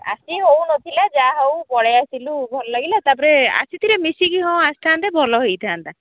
ଆସି ହଉନଥିଲା ଯାହା ହଉ ପଳେଇ ଆସିଲୁ ଭଲ ଲାଗିଲା ତାପରେ ଆସିଥିରେ ମିଶିକି ହଁ ଆସିଥାନ୍ତେ ଭଲ ହେଇଥାନ୍ତା